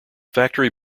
factory